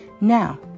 Now